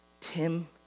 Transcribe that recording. Tim